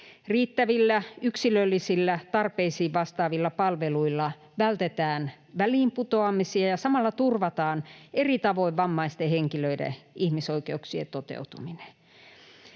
Riittävillä, yksilöllisillä, tarpeisiin vastaavilla palveluilla vältetään väliinputoamisia ja samalla turvataan eri tavoin vammaisten henkilöiden ihmisoikeuksien toteutuminen.